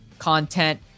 content